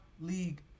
league